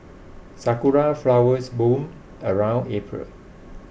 sakura flowers bloom around April